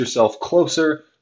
closer